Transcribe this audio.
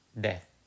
death